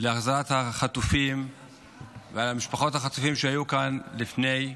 להחזרת החטופים ועל משפחות החטופים שהיו כאן לפני כן.